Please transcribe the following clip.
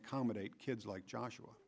accommodate kids like joshua